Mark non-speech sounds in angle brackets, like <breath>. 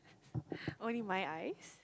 <breath> only my eyes